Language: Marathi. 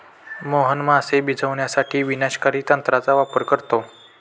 मोहन मासे शिजवण्यासाठी विनाशकारी तंत्राचा वापर करतो